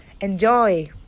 Enjoy